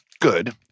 good